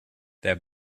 der